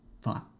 Fine